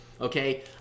Okay